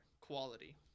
quality